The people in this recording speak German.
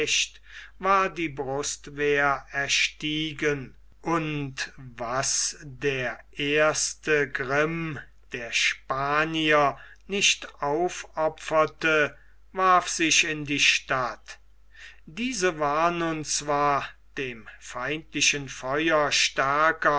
war die brustwehr erstiegen und was der erste grimm der spanier nicht aufopferte warf sich in die stadt diese war nun zwar dem feindlichen feuer stärker